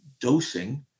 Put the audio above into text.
dosing